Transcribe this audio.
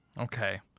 Okay